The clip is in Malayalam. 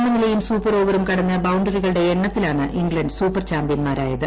സ്മനിലയും സൂപ്പർ ഓവറും കടന്ന് ബൌണ്ടറികളുടെ എണ്ണത്തിലാണ് ഇംഗ്ലണ്ട് സൂപ്പർ ചാമ്പ്യൻമാരായത്